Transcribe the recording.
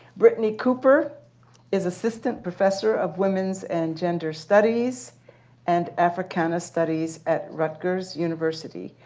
brittney cooper is assistant professor of women's and gender studies and africana studies at rutgers university.